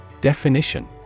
Definition